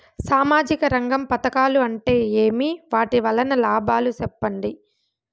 సామాజిక రంగం పథకాలు అంటే ఏమి? వాటి వలన లాభాలు సెప్పండి?